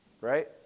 right